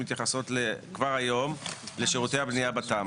מתייחסות כבר היום לשירותי הבנייה בתמ"א.